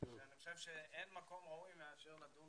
שאני חושב שאין מקום ראוי מאשר לדון